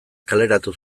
kaleratu